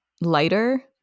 lighter